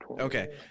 Okay